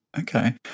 Okay